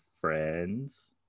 friends